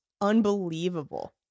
unbelievable